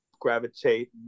Gravitate